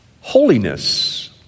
holiness